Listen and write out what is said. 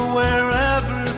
wherever